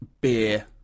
beer